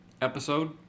episode